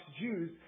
Jews